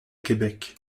québec